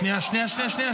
שנייה, שנייה.